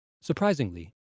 Surprisingly